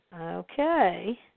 Okay